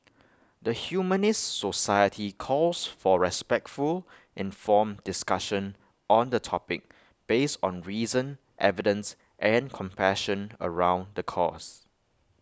the Humanist society calls for respectful informed discussion on the topic based on reason evidence and compassion around the cause